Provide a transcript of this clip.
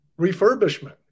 refurbishment